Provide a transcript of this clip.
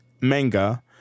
manga